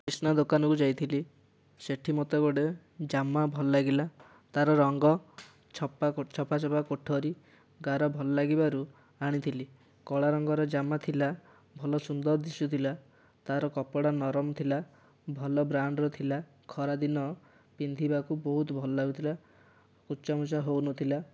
ଇଷ୍ଣା ଦୋକାନକୁ ଯାଇଥିଲି ସେଠି ମତେ ଗୋଟେ ଜାମା ଭଲ ଲାଗିଲା ତାର ରଙ୍ଗ ଛପା ଛପା ଛପା କୋଠରି ଗାର ଭଲ ଲାଗିବାରୁ ଆଣିଥିଲି କଳା ରଙ୍ଗର ଜାମା ଥିଲା ଭଲ ସୁନ୍ଦର ଦିଶୁଥିଲା ତାର କପଡ଼ା ନରମ ଥିଲା ଭଲ ବ୍ରାଣ୍ଡର ଥିଲା ଖରା ଦିନ ପିନ୍ଧିବାକୁ ବହୁତ ଭଲ ଲାଗୁଥିଲା କୂଚାମୁଚା ହେଉନଥିଲା